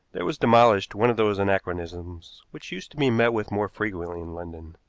there was demolished one of those anachronisms which used to be met with more frequently in london,